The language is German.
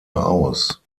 aus